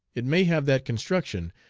it may have that construction,